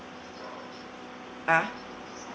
!huh!